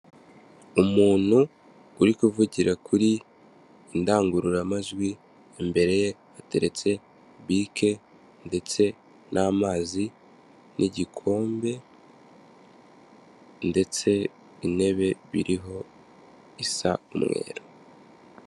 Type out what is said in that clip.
Umuntu uri kuvugira kuri indangururamajwi, imbere ye ateretse bike ndetse n'amazi n'igikombe ndetse intebe biriho isa umweru.